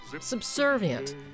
subservient